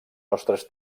nostres